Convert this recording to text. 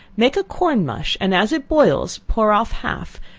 make a corn mush, and as it boils, pour off half,